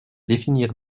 définir